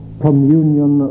communion